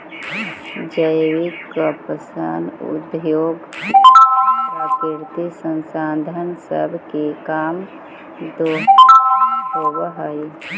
जैविक कपास उद्योग में प्राकृतिक संसाधन सब के कम दोहन होब हई